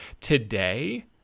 Today